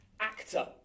actor